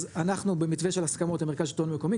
אז אנחנו במתווה של הסכמות עם מרכז השלטון מקומי,